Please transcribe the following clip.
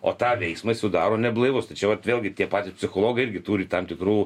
o tą veiksmą jis jau daro neblaivus tai čia vat vėlgi tie patys psichologai irgi turi tam tikrų